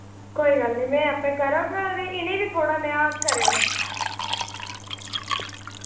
कोई गल्ल नि में आपें करङ ते इनें ई बी थोह्ड़ा नेहा करेओ